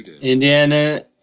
Indiana